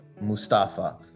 Mustafa